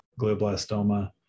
glioblastoma